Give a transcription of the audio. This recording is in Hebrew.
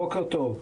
בוקר טוב.